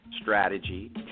strategy